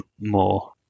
more